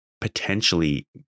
potentially